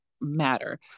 matter